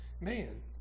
man